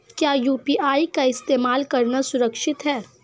क्या यू.पी.आई का इस्तेमाल करना सुरक्षित है?